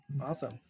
Awesome